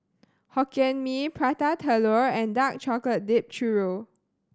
Hokkien Mee Prata Telur and dark chocolate dipped churro